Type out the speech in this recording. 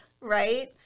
right